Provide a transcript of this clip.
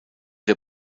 der